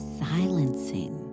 silencing